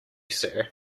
sir